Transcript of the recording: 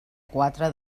quatre